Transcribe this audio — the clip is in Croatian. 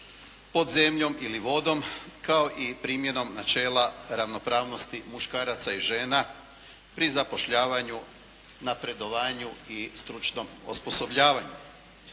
pod zemljom ili vodom kao i primjenom načela ravnopravnosti muškaraca i žena pri zapošljavanju, napredovanju i stručnom osposobljavanju.